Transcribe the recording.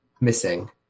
missing